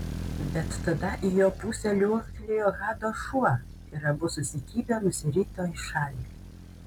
bet tada į jo pusę liuoktelėjo hado šuo ir abu susikibę nusirito į šalį